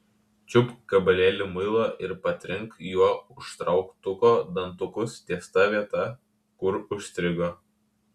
čiupk gabalėlį muilo ir patrink juo užtrauktuko dantukus ties ta vieta kur užstrigo